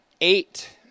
Eight